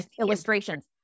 illustrations